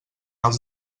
els